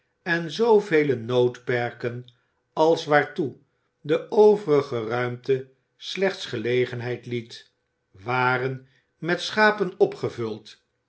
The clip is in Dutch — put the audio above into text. en zoovele noodperken als waartoe de overige ruimte slechts gelegenheid liet waren met schapen opgevuld